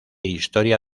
historia